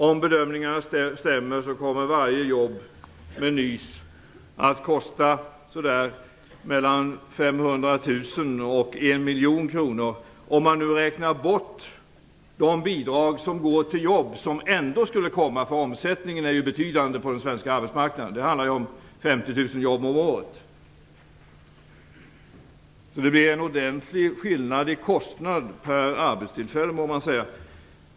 Om bedömningarna stämmer kommer varje jobb med NYS att kosta mellan 500 000 kr och 1 miljon kronor - om man räknar bort de bidrag som går till jobb som ändå skulle komma, eftersom omsättningen ju är betydande på den svenska arbetsmarknaden; det handlar om 50 000 jobb om året. Man må säga att det blir en ordentlig skillnad i kostnad per arbetstillfälle.